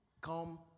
come